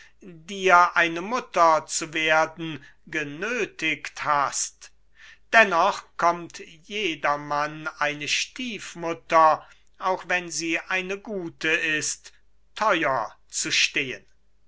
dir eine mutter zu werden genöthigt hast dennoch kommt jedermann eine stiefmutter auch wenn sie eine gute ist theuer zu stehen